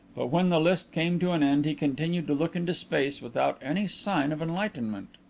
but when the list came to an end he continued to look into space without any sign of enlightenment.